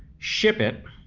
ship it,